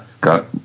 got